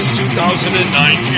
2019